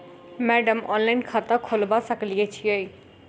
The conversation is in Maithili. मैडम ऑनलाइन खाता खोलबा सकलिये छीयै?